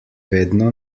vedno